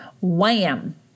wham